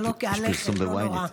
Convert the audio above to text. אבל אוקיי, עליכם, לא נורא.